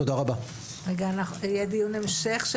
יהיה דיון המשך?